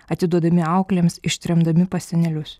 atiduodami auklėms ištremdami pas senelius